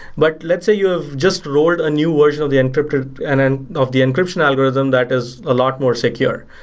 but let's say you have just rolled a new version of the encrypted and then of the encryption algorithm that is a lot more secure.